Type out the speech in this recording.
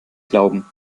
glauben